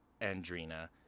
Andrina